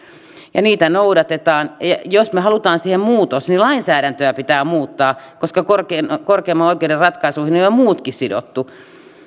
ja niitä noudatetaan jos me haluamme siihen muutoksen niin lainsäädäntöä pitää muuttaa koska korkeimman oikeuden ratkaisuihin on jo muutkin sidottu